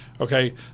okay